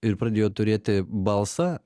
ir pradėjo turėti balsą